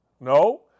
No